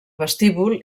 vestíbul